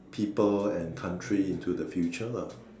people and country into the future lah